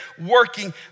working